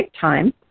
time